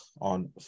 on